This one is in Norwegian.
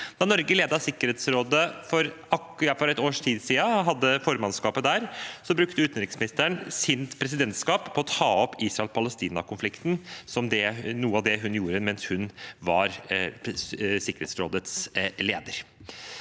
Sikkerhetsrådet akkurat for et år siden, brukte utenriksministeren sitt formannskap på å ta opp Israel–Palestina-konflikten – som noe av det hun gjorde mens hun var Sikkerhetsrådets leder.